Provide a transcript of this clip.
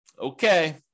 Okay